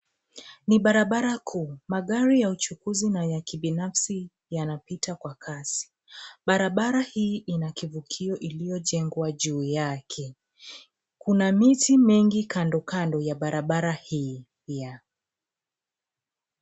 Ni barabara kuu yenye magari ya usafirishaji na ya binafsi yanayopita katikati. Barabara hii ina kivuko kilichojengwa juu yake. Kuna miti mingi kando kando ya barabara hii.